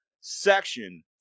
section